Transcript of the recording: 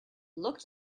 looked